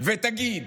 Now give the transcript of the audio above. ותגיד